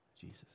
Jesus